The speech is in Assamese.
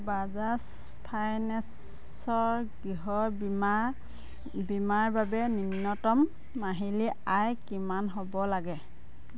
বাজাজ ফাইনেছৰ গৃহ বীমা বীমাৰ বাবে নিম্নতম মাহিলী আয় কিমান হ'ব লাগে